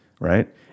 right